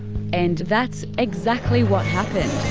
and that's exactly what happened